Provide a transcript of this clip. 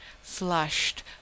flushed